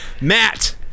Matt